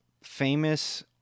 Famous